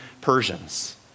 Persians